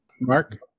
Mark